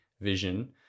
vision